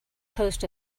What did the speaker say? coast